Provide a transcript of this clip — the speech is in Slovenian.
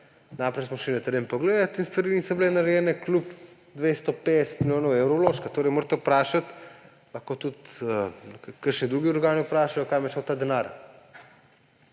Najprej smo šli na teren pogledat in stvari niso bile narejene kljub 250 milijonom evrov vložka. Torej morate vprašati, lahko tudi kakšni drugi organi vprašajo, kam je šel ta denar.